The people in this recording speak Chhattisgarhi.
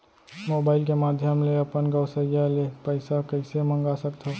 मोबाइल के माधयम ले अपन गोसैय्या ले पइसा कइसे मंगा सकथव?